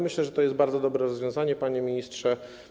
Myślę, że to jest bardzo dobre rozwiązanie, panie ministrze.